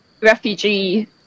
refugee